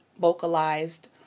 vocalized